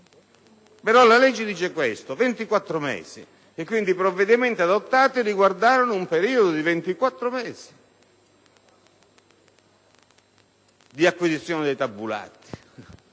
però, prevede il periodo di 24 mesi e, quindi, i provvedimenti adottati riguardarono un periodo di 24 mesi di acquisizione dei tabulati.